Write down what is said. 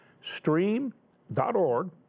Stream.org